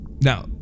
Now